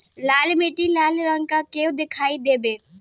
लाल मीट्टी लाल रंग का क्यो दीखाई देबे?